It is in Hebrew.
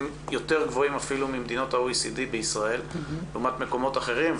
יותר גבוהים אפילו ממדינות ה-OECD לעומת מקומות אחרים,